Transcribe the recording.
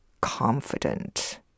confident